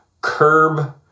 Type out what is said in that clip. curb